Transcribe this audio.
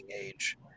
age